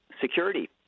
security